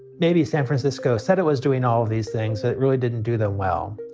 maybe san francisco said it was doing all of these things, that it really didn't do them well.